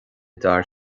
d’fhear